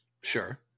Sure